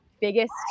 biggest